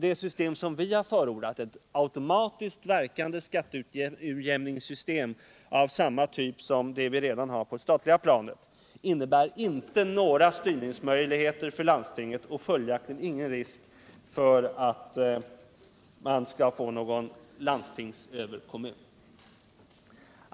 Det system som vi förordar —- ett automatiskt verkande skatteutjämningssystem av samma typ som man redan har på det statliga planet — ger inte landstinget några styrningsmöjligheter, och det medför följaktligen inte någon risk för att vi skall få en landstingsöverkommun.